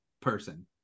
person